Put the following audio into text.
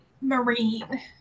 marine